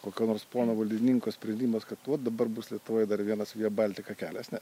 kokio nors pono valdininko sprendimas kad vat dabar bus lietuvoj dar vienas via baltica kelias ne